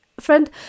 Friend